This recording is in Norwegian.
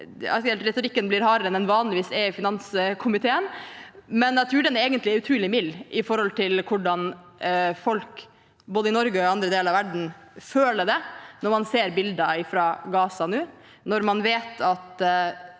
retorikken er hardere enn den vanligvis er i finanskomiteen, men jeg tror at den egentlig er utrolig mild i forhold til hvordan folk i både Norge og andre deler av verden føler det når man ser bilder fra Gaza,